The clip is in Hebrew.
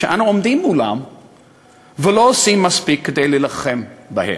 שאנו עומדים מולם ולא עושים מספיק כדי להילחם בהם.